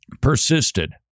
persisted